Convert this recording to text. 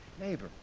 neighbor